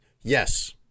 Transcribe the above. Yes